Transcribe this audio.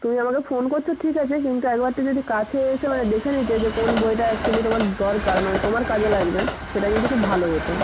তুমি আমাকে ফোন করছ ঠিক আছে কিন্তু একবারটি যদি কাছে এসে মানে দেখে নিতে যে কোন বইটা অ্যাকচুয়ালি তোমার দরকার মানে তোমার কাজে লাগবে সেটা কিন্তু খুব ভালো হতো